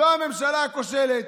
זו הממשלה הכושלת.